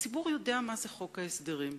הציבור יודע מה זה חוק ההסדרים,